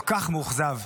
אני כל כך מאוכזב.